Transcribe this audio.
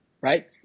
right